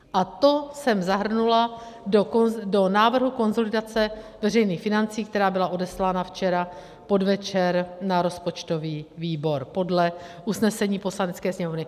A to jsem zahrnula do návrhu konsolidace veřejných financí, která byla odeslána včera vpodvečer na rozpočtový výbor podle usnesení Poslanecké sněmovny.